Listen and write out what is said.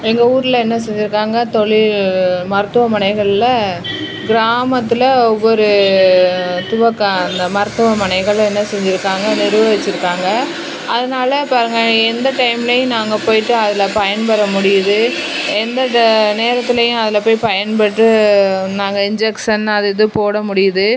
எங்கள் ஊரில் என்ன செஞ்சிருக்காங்க தொழில் மருத்துவமனைகளில் கிராமத்தில் ஒரு துவக்கம் அந்த மருத்துவமனைகளை என்ன செஞ்சுருக்காங்க நிர்வகிச்சுருக்காங்க அதனால பாருங்க எந்த டைம்லையும் நாங்கள் போய்விட்டு அதில் பயன்பெற முடியுது எந்த த நேரத்துலையும் அதில் போய் பயன்பெற்று நாங்கள் இன்ஜெக்ஸன் அது இது போட முடியுது